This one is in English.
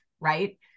right